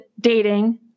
dating